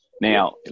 Now